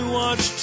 watch